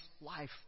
life